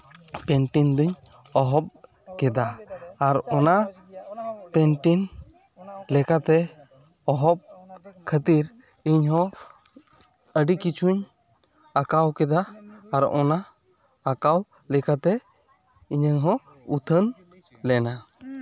painting ᱫᱚᱧ ᱮᱦᱚᱵ ᱠᱮᱫᱟ ᱟᱨ ᱚᱱᱟ ᱯᱮᱱᱴᱤᱝ ᱞᱮᱠᱟᱛᱮ ᱮᱦᱚᱵ ᱠᱷᱟᱹᱛᱤᱨ ᱤᱧᱦᱚᱸ ᱟᱹᱰᱤ ᱠᱤᱪᱷᱩᱧ ᱟᱸᱠᱟᱣ ᱠᱮᱫᱟ ᱟᱨ ᱚᱱᱟ ᱟᱸᱠᱟᱣ ᱞᱮᱠᱟᱛᱮ ᱤᱧᱟᱹᱜ ᱦᱚᱸ ᱩᱛᱷᱟᱹᱱ ᱞᱮᱱᱟ